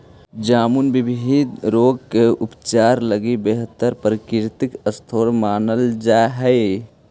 जामुन विविध रोग के उपचार लगी बेहतर प्राकृतिक स्रोत मानल जा हइ